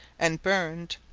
and burned,